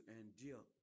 endure